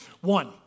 One